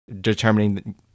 determining